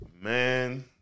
Man